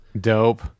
Dope